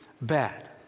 bad